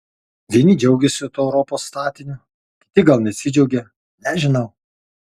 vieni džiaugiasi tuo europos statiniu kiti gal nesidžiaugia nežinau